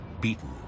beaten